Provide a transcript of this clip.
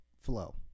flow